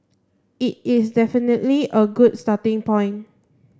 it is definitely a good starting point